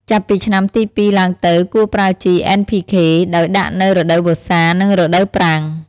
ចាប់ពីឆ្នាំទី ២ ឡើងទៅ គួរប្រើជី NPK ដោយដាក់នៅរដូវវស្សា និងរដូវប្រាំង។